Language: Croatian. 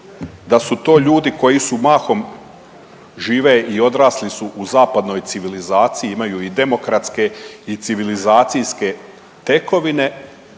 da su to ljudi koji su mahom žive i odrasli su u zapadnoj civilizaciji, imaju i demokratske i civilizacijske tekovine,